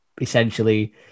essentially